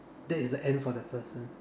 that is the end for the person